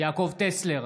יעקב טסלר,